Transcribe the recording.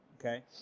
Okay